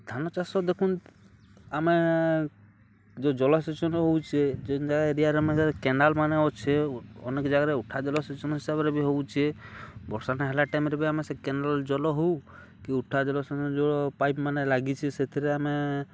ଧାନ ଚାଷ ଦେଖୁନ୍ ଆମେ ଯୋଉ ଜଳସେଚନ ହଉଚେ ଯେନ୍ତା ଏରିଆରେ ଆମେ କେନାଲ୍ମାନେ ଅଛେ ଅନେକ୍ ଜାଗାରେ ଉଠା ଜଲସେଚନ ହିସାବ୍ରେ ବି ହଉଛେ ବର୍ଷା ନାଇ ହେଲା ଟାଇମ୍ରେ ବି ଆମେ ସେ କେନାଲ୍ ଜଲ ହଉ କି ଉଠା ଜଲସେଚନ ଜଳ ପାଇପ୍ମାନେ ଲାଗିଚେ ସେଥିରେ ଆମେ